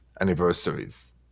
anniversaries